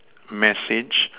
message